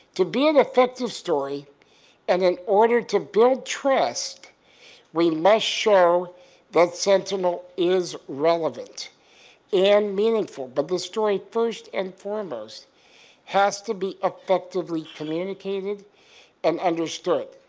to be an effective story and in order to build trust we like show that sentinel is relevant and meaningful but the story first and foremost has to be effectively communicated and understood.